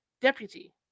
deputy